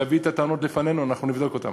להביא את הטענות בפנינו ואנחנו נבדוק אותן.